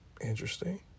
interesting